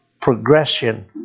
progression